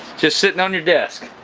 just sitting on your desk.